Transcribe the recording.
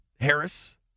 Harris